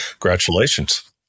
congratulations